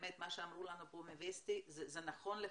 באמת מה שאמרו לנו פה מווסטי זה נכון לחלוטין,